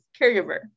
caregiver